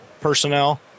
personnel